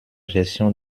gestion